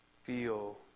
Feel